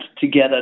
together